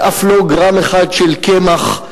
ואף לא גרם אחד של קמח,